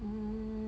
mm